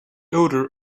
odor